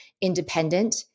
independent